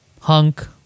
Hunk